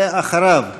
ואחריו,